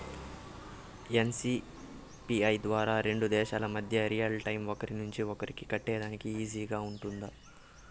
NCPI ద్వారా రెండు దేశాల మధ్య రియల్ టైము ఒకరి నుంచి ఒకరికి కట్టేదానికి ఈజీగా గా ఉంటుందా?